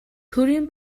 төрийн